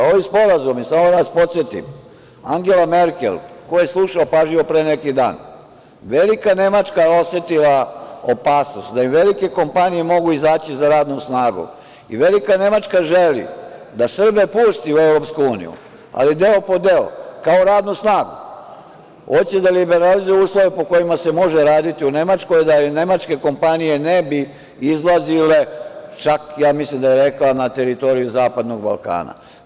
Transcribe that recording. Ovaj sporazumi, samo da vas podsetim, Angela Merkel, ko je slušao pažljivo pre neki dan, velika Nemačka je osetila opasnost da im velike kompanije mogu izaći za radnom snagom i velika Nemačka želi da Srbe pusti u EU, ali deo po deo, kao radnu snagu, hoće da liberalizuju uslove po kojima se može raditi u Nemačkoj, da nemačke kompanije ne bi izlazile, čak ja mislim da je rekla na teritoriji Zapadnog Balkana.